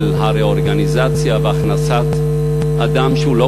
על הרה-אורגניזציה והכנסת אדם שהוא לא